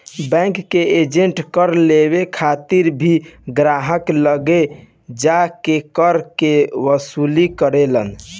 bank के agent कर लेवे खातिर भी ग्राहक लगे जा के कर के वसूली करेलन